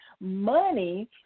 money